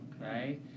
Right